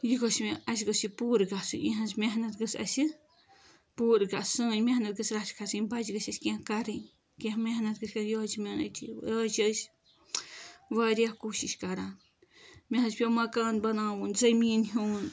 یِہوے چھُ مےٚ اَسہِ گوٚژھ یہِ پوٗرٕ گَژھٕنۍ یِہنٛزمحنت گٔژھۍ اَسہِ پوٗرٕ گَژٕھنۍ سٲنۍ محنت گٔژھۍ رَتھِ کَھسٕنۍ یِم بَچہٕ گٔژھۍ اَسہِ کیٚنٛہہ کَرٕنۍ کیٚنٛہہ محنت گٔژھۍ کَرٕنۍ یِہٕے چھِ مِیٲنۍ أچیٖو یِہٕے چھِ أسۍ واریاہ کوٗشش کَران مےٚ حظ پیٚو مکان بناوُن زٔمیٖن ہیٚون